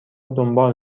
دنبال